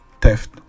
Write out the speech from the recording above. theft